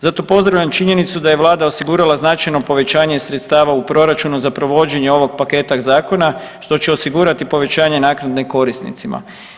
Zato pozdravljam činjenicu da je Vlada osigurala značajno povećanje sredstava u Proračunu za provođenje ovog paketa zakona, što će osigurati povećanje naknade korisnicima.